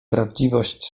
prawdziwość